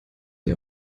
ihr